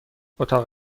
اتاق